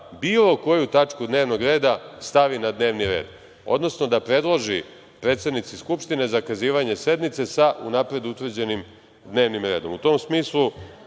bilo koju tačku dnevnog reda stavi na dnevni red, odnosno da predloži predsednici Skupštine zakazivanje sednice sa unapred utvrđenim dnevnim redom.